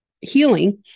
Healing